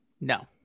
no